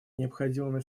необходимыми